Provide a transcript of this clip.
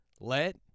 Let